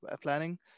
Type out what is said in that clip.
planning